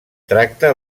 tracta